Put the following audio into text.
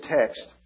text